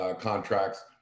contracts